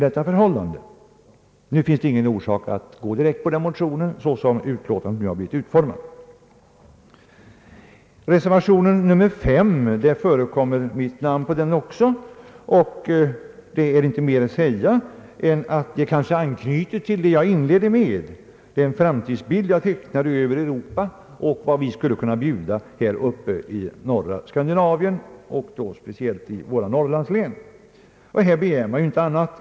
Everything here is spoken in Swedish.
Som utskottets utlåtande nu har utformats finns det inte någon orsak att gå in på denna motion. Mitt namn förekommer också bland undertecknarna av reservation nr 5. Om detta är bara att säga att det kanske anknyter till inledningen av mitt anförande och den framtidsbild jag där tecknade av Europa och de synpunkter jag gav på vad vi i norra Skandinavien — speciellt i våra norrlandslän — skulle kunna erbjuda i detta avseende.